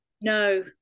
no